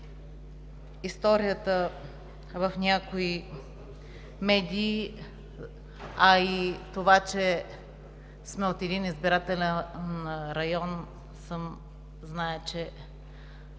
историята в някои медии, а и това, че сме от един избирателен район, зная, че